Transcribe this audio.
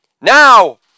now